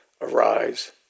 arise